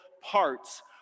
parts